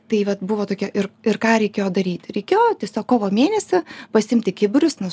tai vat buvo tokia ir ir ką reikėjo daryti reikėjo tiesiog kovo mėnesį pasiimti kiburus nes